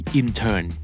intern